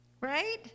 Right